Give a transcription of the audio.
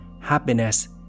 happiness